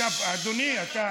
אתם